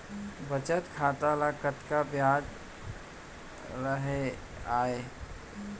बचत खाता ल कतका ब्याज राहय आय?